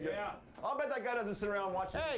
yeah ah bet that guy doesn't sit around watching.